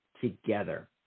together